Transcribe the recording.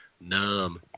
Numb